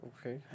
okay